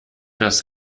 das